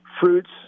fruits